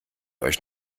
euch